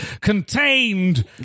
contained